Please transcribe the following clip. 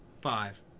Five